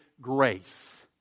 grace